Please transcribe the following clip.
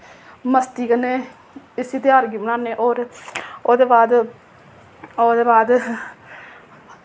मस्ती कन्नै इस्सी तेहार गी बनान्ने और ओह्दे बाद ओह्दे बाद